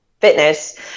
fitness